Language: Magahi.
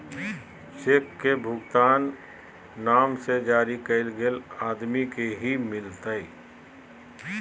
चेक के भुगतान नाम से जरी कैल गेल आदमी के ही मिलते